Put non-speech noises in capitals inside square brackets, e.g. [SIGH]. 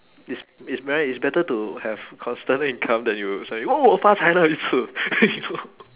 it's it's better it's better to have constant income than you suddenly oh 发财那一次 [LAUGHS]